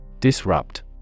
Disrupt